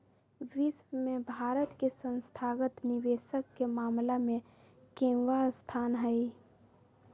विश्व में भारत के संस्थागत निवेशक के मामला में केवाँ स्थान हई?